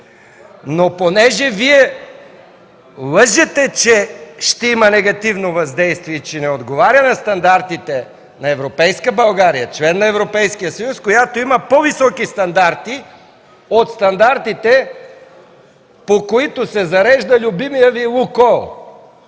Но понеже Вие лъжете, че ще има негативно въздействие и не отговаря на стандартите на европейска България – член на Европейския съюз, която има по-високи стандарти от стандартите, по които се зарежда любимият Ви „Лукойл”,